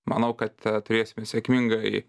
manau kad turėsime sėkmingai